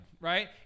right